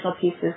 pieces